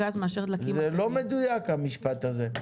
שווה לו לצרוך גז מאשר להקים --- זה לא מדויק המשפט הזה.